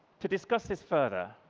to discuss this further,